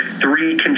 three